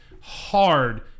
hard